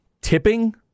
tipping